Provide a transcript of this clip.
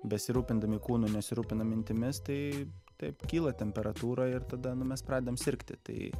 besirūpindami kūnu nesirūpina mintimis tai taip kyla temperatūra ir tada nu mes pradedam sirgti tai